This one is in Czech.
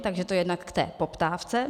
Takže to jednak k té poptávce.